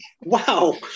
Wow